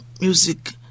music